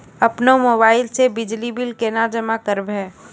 अपनो मोबाइल से बिजली बिल केना जमा करभै?